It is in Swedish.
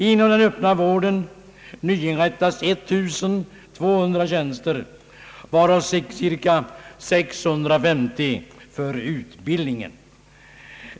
Inom den öppna vården nyinrättas 1 200 tjänster, varav cirka 650 för utbildningen.